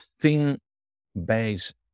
thing-based